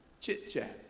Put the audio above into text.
Chit-chat